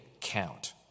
count